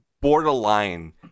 borderline